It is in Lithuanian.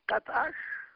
kad aš